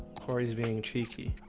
corey's being cheeky